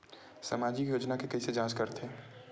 सामाजिक योजना के कइसे जांच करथे?